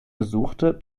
besuchte